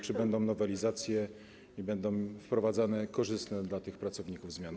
Czy będą nowelizacje i będą wprowadzane korzystne dla tych pracowników zmiany?